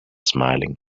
smiling